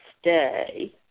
stay